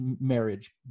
marriage